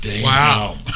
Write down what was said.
Wow